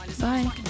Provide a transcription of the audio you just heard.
Bye